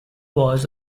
was